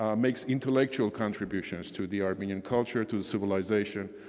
um makes intellectual contributions to the armenian culture, to the civilization.